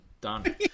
done